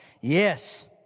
yes